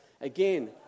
again